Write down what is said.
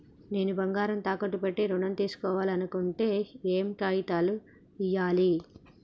నేను బంగారం తాకట్టు పెట్టి ఋణం తీస్కోవాలంటే ఏయే కాగితాలు ఇయ్యాలి?